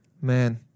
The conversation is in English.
Man